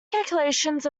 calculations